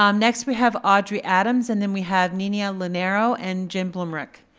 um next, we have audrey adams and then we have ninia linero and jim blumreich.